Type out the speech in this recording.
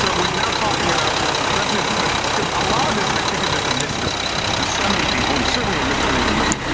so we're now talking about a president's budget. cuz a lot of this i think is just a mystery to so many people, and certainly a mystery to me.